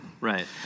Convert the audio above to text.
Right